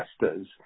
investors